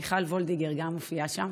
גם מיכל וולדיגר מופיעה שם.